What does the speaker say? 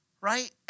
right